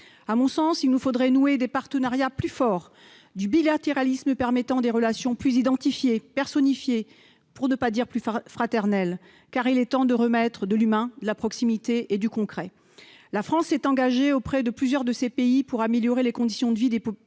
À mon sens, il nous faudrait nouer des partenariats plus forts, encourager le bilatéralisme permettant des relations plus identifiées, personnifiées, pour ne pas dire plus fraternelles. Il est temps de remettre de l'humain, de la proximité et du concret dans ces politiques. La France est engagée auprès de plusieurs de ces pays pour améliorer les conditions de vie des populations